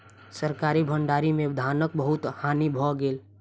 सरकारी भण्डार में धानक बहुत हानि भ गेल